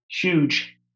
huge